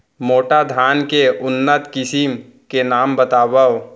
मोटा धान के उन्नत किसिम के नाम बतावव?